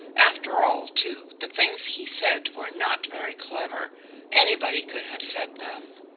after all, too, the things he said were not very clever anybody could have said them.